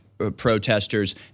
protesters